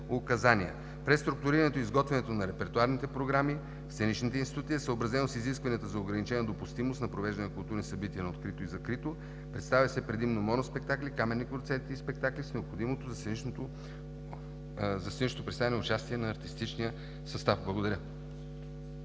Преструктурирането и изготвянето на репертоарните програми в сценичните институти е съобразено с изискванията на ограничена допустимост за провеждането на културни събития на открито и закрито – представят се предимно моноспектакли, камерни концерти и спектакли, с необходимото за сценичното представяне участие на артистичния състав. Благодаря.